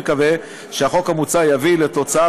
אני מקווה שהחוק המוצע יביא לתוצאה